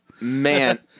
Man